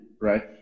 right